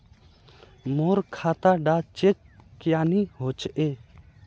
मोर खाता डा चेक क्यानी होचए?